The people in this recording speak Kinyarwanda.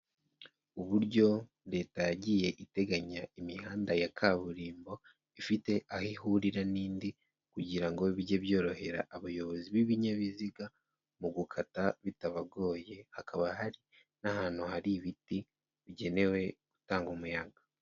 Uburyo Leta yagiye iteganya imihanda ya kaburimbo, ifite aho ihurira n'indi kugira ngo bijye byorohera abayobozi b'ibinyabiziga mu gukata bitabagoye, hakaba hari n'ahantu hari ibiti bigenewe gutanga umuyaga.